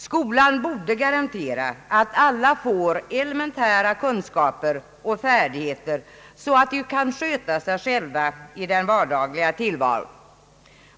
Skolan borde garantera att alla får elementära kunskaper och färdigheter så att de kan sköta sig själva i den vardagliga tillvaron.